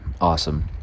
awesome